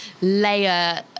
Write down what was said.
layer